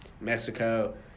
Mexico